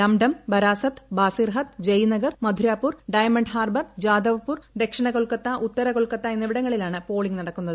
Dum Dum Barasat Basirhat Jaynagar Mathurapur Diamond Harbour Jadavpur ദക്ഷിണ കൊൽക്കത്ത ഉത്തര കൊൽക്കത്ത എന്നിവിടങ്ങളിലാണ് പോളിംഗ് നടക്കുന്നത്